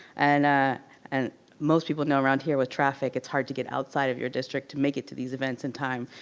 and ah and most people know around here with traffic, it's hard to get outside of your district to make it to these events in time,